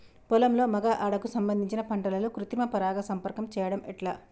పొలంలో మగ ఆడ కు సంబంధించిన పంటలలో కృత్రిమ పరంగా సంపర్కం చెయ్యడం ఎట్ల?